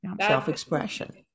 self-expression